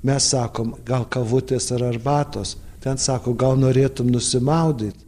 mes sakom gal kavutės ar arbatos ten sako gal norėtum nusimaudyt